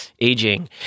aging